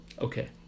Okay